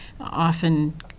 often